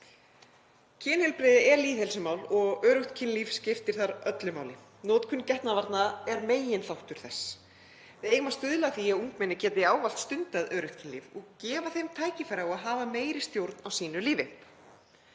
Kynheilbrigði er lýðheilsumál og öruggt kynlíf skiptir þar öllu máli. Notkun getnaðarvarna er meginþáttur þess. Við eigum að stuðla að því að ungmenni geti ávallt stundað öruggt kynlíf og gefa þeim tækifæri á að hafa meiri stjórn á sínu lífi.